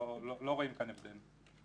לא רואים כאן הבדל.